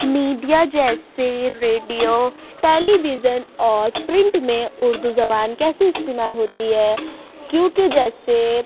media جیسے radio television اور print میں اردو زبان کیسے استعمال ہوتی ہے کیونکہ جیسے